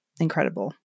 Incredible